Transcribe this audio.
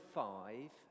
five